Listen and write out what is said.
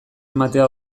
ematea